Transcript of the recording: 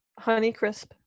Honeycrisp